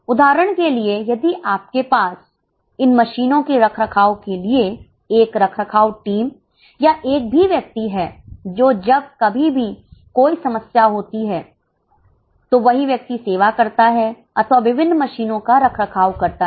उदाहरण के लिए यदि आपके पास इन मशीनों के रखरखाव के लिए एक रखरखाव टीम या एक भी व्यक्ति है तो जब कभी भी कोई समस्या होती है तो वही व्यक्ति सेवा करता है अथवा विभिन्न मशीनों का रखरखाव करता है